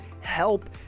help